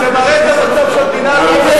זה מראה את המצב של המדינה הזאת.